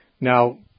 Now